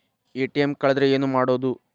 ATM ಕಳದ್ರ ಏನು ಮಾಡೋದು?